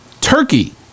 Turkey